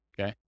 okay